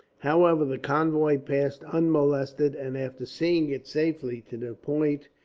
however, the convoy passed unmolested, and after seeing it safely to that point,